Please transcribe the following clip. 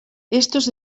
estos